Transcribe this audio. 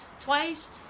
twice